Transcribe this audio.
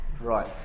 Right